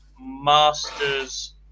Masters